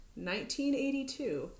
1982